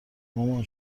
مامان